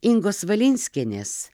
ingos valinskienės